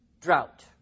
drought